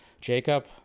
Jacob